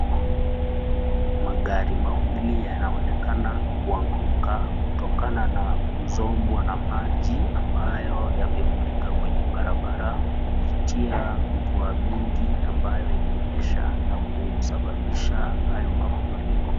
Magari mawili yanaonekana kuanguka kutokana na kusombwa na maji ambayo yamefurika kwenye barabara, kupitia mvua kupitia mvua mingi ambayo imenyesha na kusababisha hayo mafuriko.